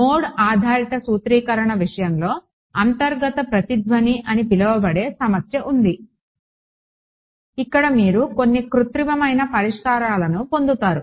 node ఆధారిత సూత్రీకరణ విషయంలో అంతర్గత ప్రతిధ్వని అని పిలువబడే సమస్య ఉంది ఇక్కడ మీరు కొన్ని కృత్రిమమైన పరిష్కారాలను పొందుతారు